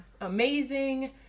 Amazing